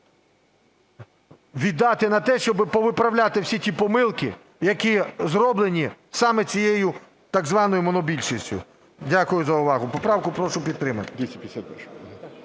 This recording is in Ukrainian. віддати на те, щоби повиправляти всі ті помилки, які зроблені саме цією так званою монобільшістю. Дякую за увагу. Поправку прошу підтримати.